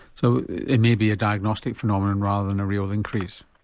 so it may be a diagnostic phenomenon rather than a real increase?